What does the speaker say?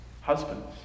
Husbands